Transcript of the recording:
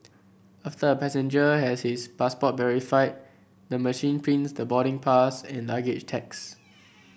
after a passenger has his passport verified the machine prints the boarding pass and luggage tags